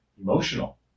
emotional